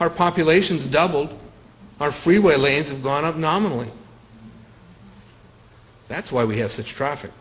our populations doubled our freeway lanes and gone up nominally that's why we have such traffic